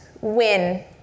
win